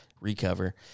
recover